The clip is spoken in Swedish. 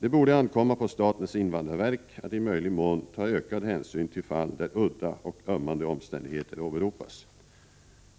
Det borde ankomma på statens invandrarverk att i möjlig mån ta ökad hänsyn till fall där udda och ömmande omständigheter åberopas.